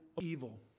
evil